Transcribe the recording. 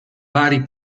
vari